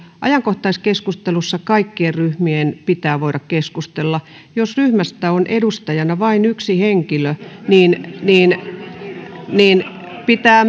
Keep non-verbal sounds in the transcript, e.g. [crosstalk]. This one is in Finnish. ajankohtaiskeskustelussa kaikkien ryhmien pitää voida keskustella jos ryhmästä on edustajana vain yksi henkilö niin niin pitää [unintelligible]